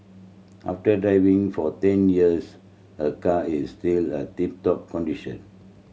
after driving for ten years her car is still a tip top condition